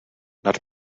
nad